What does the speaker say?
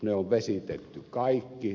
ne on vesitetty kaikki